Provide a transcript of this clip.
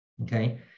Okay